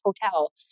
hotel